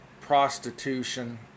prostitution